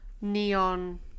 neon